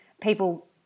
people